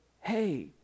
hey